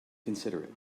considerate